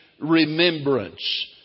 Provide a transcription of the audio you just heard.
remembrance